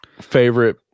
favorite